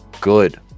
Good